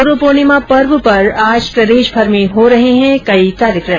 गुरू पूर्णिमा पर्व पर आज प्रदेशभर में हो रहे हैं कई कार्यक्रम